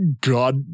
God